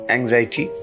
Anxiety